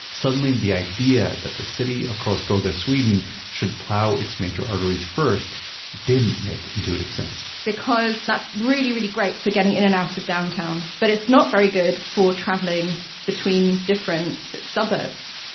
suddenly the idea that the city of karlskoga, sweden should plow it's major arteries first didn't make intuitive sense because that's really, really great for getting in and out of downtown, but it's not very good for traveling between different suburbs,